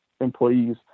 employees